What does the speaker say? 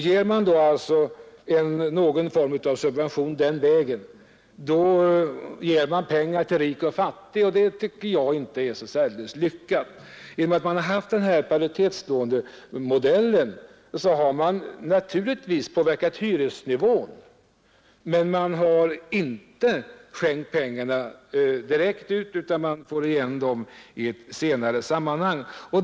Ger man någon form av subvention via lånen ger man pengar till både rika och fattiga, vilket jag inte tycker är så särdeles lyckat. Genom paritetslånemodellen har man naturligtvis påverkat hyresnivån, men man har inte skänkt bort pengar utan de kommer tillbaka i ett senare sammanhang.